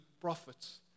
prophets